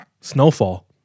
snowfall